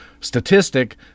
statistic